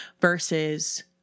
versus